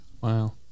Wow